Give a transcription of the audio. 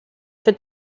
for